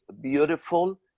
beautiful